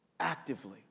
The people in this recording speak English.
Actively